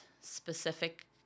specific